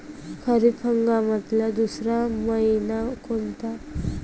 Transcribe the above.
खरीप हंगामातला दुसरा मइना कोनता?